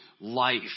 life